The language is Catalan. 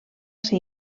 ser